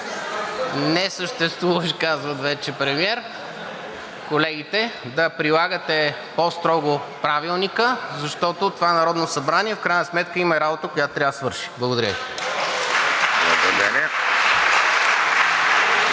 Несъществуващ, казват, вече премиер колегите, да прилагате по-строго Правилника, защото това Народно събрание в крайна сметка има работа, която трябва да свърши. Благодаря